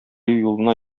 юлына